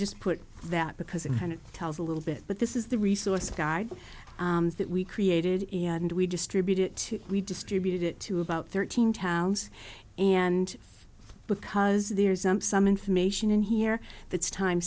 just put that because it kind of tells a little bit but this is the resource guide that we created and we distribute it to we distributed it to about thirteen towns and because there's a some information in here that's time